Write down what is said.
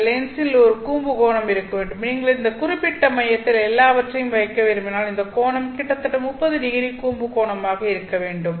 இந்த லென்ஸில் ஒரு கூம்பு கோணம் இருக்க வேண்டும் நீங்கள் இந்த குறிப்பிட்ட மையத்தில் எல்லாவற்றையும் வைக்க விரும்பினால் இதன் கோணம் கிட்டத்தட்ட 30ᵒ கூம்பு கோணமாக இருக்க வேண்டும்